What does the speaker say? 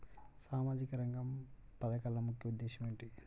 సామాజిక రంగ పథకాల ముఖ్య ఉద్దేశం ఏమిటీ?